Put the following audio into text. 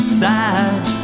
sad